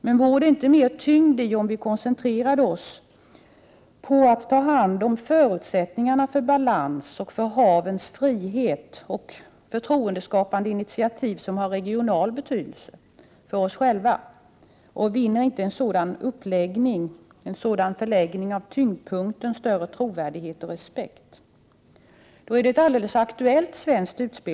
Men vore det inte mera tyngd i vårt handlande, om vi koncentrerade oss på att ta hand om förutsättningarna för balans, havens frihet och förtroendeska — Prot. 1987/88:38 pande initiativ som har regional betydelse för oss själva? Och vinner inte en 4 december 1987 sådan förläggning av tyngdpunkten större trovärdighet och respekt? Om förtrotndeskapan I detta sammanhang vill jag dra fram ett alldeles aktuellt svenskt utspel.